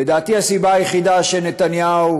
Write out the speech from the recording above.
לדעתי, הסיבה היחידה שנתניהו